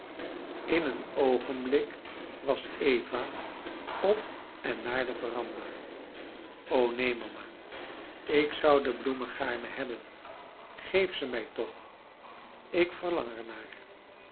in een oogenblik was eva op en naar de veranda o neen mama ik zou de bloemen gaarne hebben geef ze mij toch ik verlang